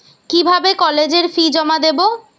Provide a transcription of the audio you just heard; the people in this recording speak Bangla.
কিভাবে কলেজের ফি জমা দেবো?